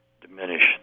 diminish